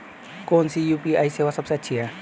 कौन सी यू.पी.आई सेवा सबसे अच्छी है?